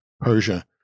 persia